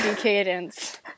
Cadence